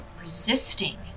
resisting